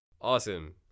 Awesome